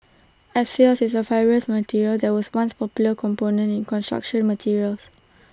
asbestos is A fibrous mineral that was once A popular component in construction materials